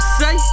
say